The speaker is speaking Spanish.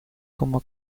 como